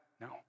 No